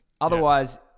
Otherwise